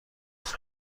حبس